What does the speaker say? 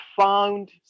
found